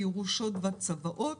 הירושות והצוואות,